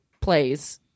plays